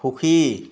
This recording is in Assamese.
সুখী